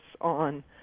on